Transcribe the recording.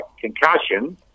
concussion